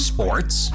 Sports